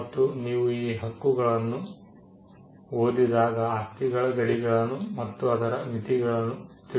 ಮತ್ತು ನೀವು ಈ ಹಕ್ಕುಗಳನ್ನು ಓದಿದಾಗ ಆಸ್ತಿಗಳ ಗಡಿಗಳನ್ನು ಮತ್ತು ಅದರ ಮಿತಿಗಳನ್ನು ತಿಳಿಯುತ್ತೀರಿ